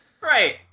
Right